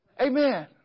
Amen